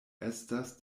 estas